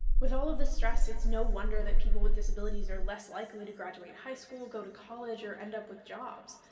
with all this stress, it's no wonder that people with disabilities are less likely to graduate high school, go to college, or end up with jobs.